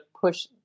push